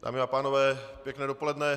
Dámy a pánové, pěkné dopoledne.